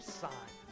sign